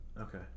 Okay